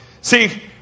See